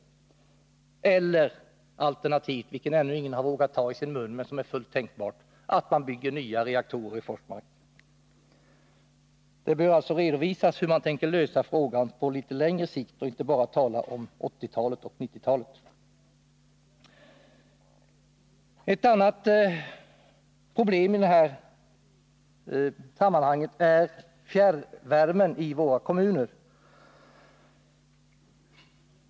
Alternativet är — det har ännu ingen vågat ta i sin mun, men det är fullt tänkbart — att man bygger nya reaktorer i Forsmark. Man bör alltså inte bara tala om 1980 och 1990-talen utan redovisa hur man tänker lösa problemen på litet längre sikt. Ett annat problem i sammanhanget är fjärrvärmen i våra kommuner.